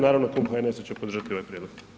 Naravno, Klub HNS-a će podržati ovaj prijedlog.